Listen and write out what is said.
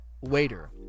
waiter